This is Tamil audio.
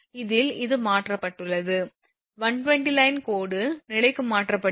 இதில் இது மாற்றப்பட்டுள்ளது 120 line கோடு நடுநிலைக்கு மாற்றப்படுகிறது